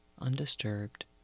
undisturbed